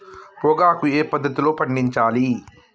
పొగాకు ఏ పద్ధతిలో పండించాలి?